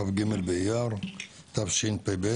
כ"ג באייר התשפ"ב,